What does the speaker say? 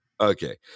Okay